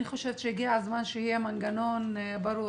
אני חושבת שהגיע הזמן שיהיה מנגנון ברור.